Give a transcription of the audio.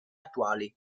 attuali